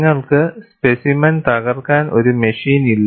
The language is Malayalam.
നിങ്ങൾക്ക് സ്പെസിമെൻ തകർക്കാൻ ഒരു മെഷീൻ ഇല്ല